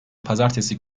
pazartesi